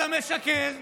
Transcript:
אתה משקר,